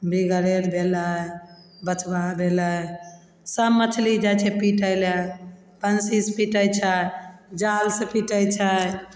B grade भेलय बचबा भेलय सब मछली जाइ छै पीटय लए बंसीसँ पीटय छै जालसँ पीटय छै